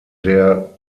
der